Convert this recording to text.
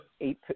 eight